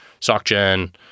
SockGen